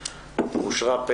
נתקבלה.